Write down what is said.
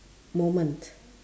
moment